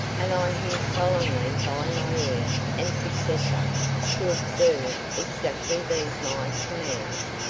and i here solemnly bind my heir and successor to observe exactly these my commands,